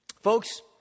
Folks